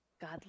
God